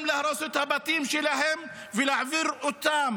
גם להרוס את הבתים שלהם ולהעביר אותם